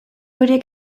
horiek